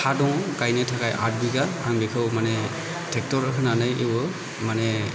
हा दं गायनो आठ बिगा आं बेखौ माने ट्रेक्टर होनानै एवो माने